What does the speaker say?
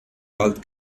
wald